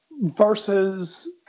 versus